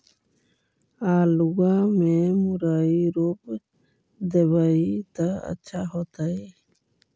आलुआ में मुरई रोप देबई त अच्छा होतई?